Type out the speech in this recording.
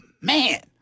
Man